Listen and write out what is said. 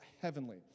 heavenly